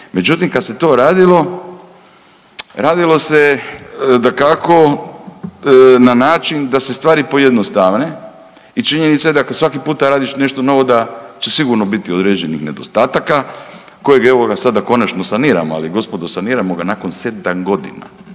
Međutim, kad se to radilo, radilo se dakako na način da se stvari pojednostave i činjenica je da kad svaki puta radiš nešto novo da će sigurno biti određenih nedostataka kojeg evo ga, sada konačno saniramo, ali gospodo, saniramo ga nakon 7 godina,